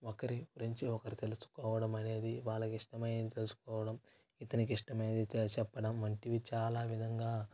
ఒకరి గురించి ఒకరు తెలుసుకోవడమనేది వాళ్ళకిష్టమైనది తెలుసుకోవడం ఇతనికి ఇష్టమైనది చెప్పడం వంటివి చాలా విధంగా